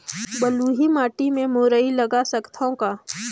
बलुही माटी मे मुरई लगा सकथव का?